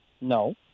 No